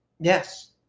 Yes